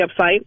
website